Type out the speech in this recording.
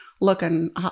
looking